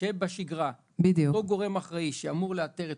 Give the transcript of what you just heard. שבשגרה אותו גורם אחראי שאמור לאתר את